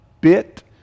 bit